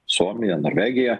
suomija norvegija